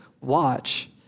watch